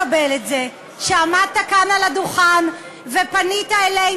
זה שעמדת כאן על הדוכן ופנית אלינו,